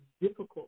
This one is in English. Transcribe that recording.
difficult